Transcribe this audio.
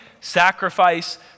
sacrifice